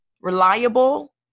reliable